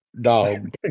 Dog